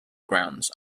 grounds